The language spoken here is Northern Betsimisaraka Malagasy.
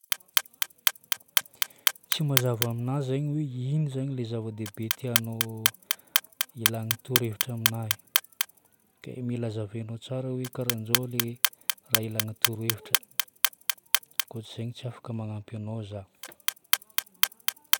Tsy mazava aminahy zaigny hoe ino zagny ilay zava-dehibe tianao ilana torohevitra aminahy. Mila hazavainao tsara hoe karan'izao ilay raha ilana torohevitra. Koa tsy izegny tsy afaka magnampy anao za.